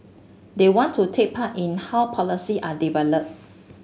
they want to take part in how policy are developed